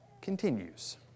continues